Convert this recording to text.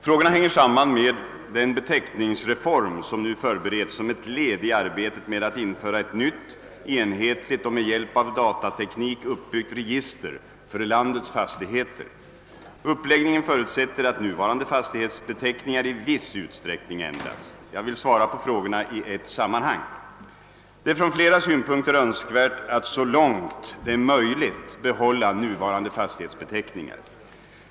Frågorna hänger samman med den beteckningsreform som nu förbereds som ett led i arbetet med att införa ett nytt, enhetligt och med hjälp av datateknik uppbyggt register för landets fastigheter. Uppläggningen förutsätter att nuvarande fastighetsbeteckningar i viss utsträckning ändras. Jag vill svara på frågorna i ett sammanhang. Det är från flera synpunkter önskvärt att så långt det är möjligt behålla nuvarande fastighetsbeteckningar.